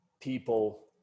people